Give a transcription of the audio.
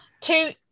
two